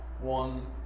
One